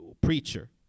preacher